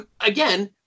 Again